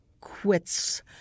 quits